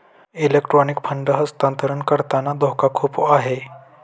electronic fund हस्तांतरण करताना धोका खूप आहे